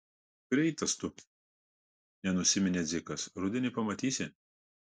greitas tu nenusiminė dzikas rudenį pamatysi